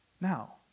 Now